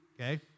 okay